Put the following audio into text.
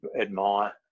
admire